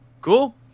Cool